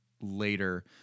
later